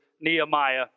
Nehemiah